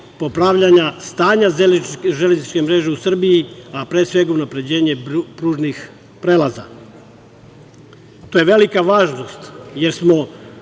popravljanja stanja železničke mreže u Srbiji, a pre svega unapređenje pružnih prelaza. To je velika važnost, jer smo